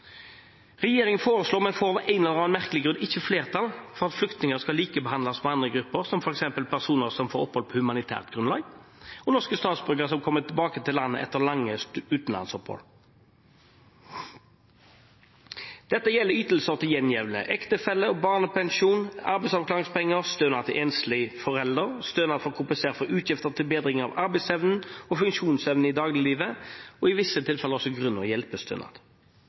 Regjeringen foreslår, men får av en eller annen merkelig grunn ikke flertall for at flyktninger skal likebehandles med andre grupper, som f.eks. personer som får opphold på humanitært grunnlag, og norske statsborgere som kommer tilbake til landet etter lange utenlandsopphold. Dette gjelder ytelser til gjenlevende ektefelle, barnepensjon, arbeidsavklaringspenger, stønad til enslige foreldre, stønad for å kompensere for utgifter til bedring av arbeidsevnen og funksjonsevnen i dagliglivet, og i visse tilfeller også grunn- og hjelpestønad.